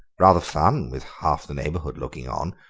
rather fun with half the neighbourhood looking on,